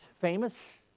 famous